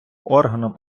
органом